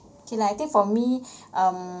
okay lah I think for me um